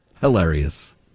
Hilarious